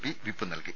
P whip നൽകി